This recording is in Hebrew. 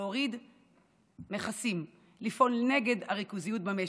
להוריד מכסים, לפעול נגד הריכוזיות במשק,